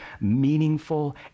meaningful